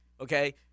Okay